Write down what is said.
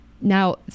Now